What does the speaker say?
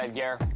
um gare.